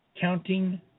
counting